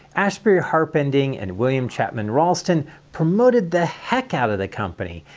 asbury harpending and william chapman ralston promoted the heck out of the company.